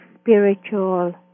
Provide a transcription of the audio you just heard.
spiritual